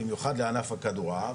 במיוחד לענף הכדורעף,